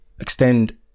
extend